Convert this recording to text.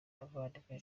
muvandimwe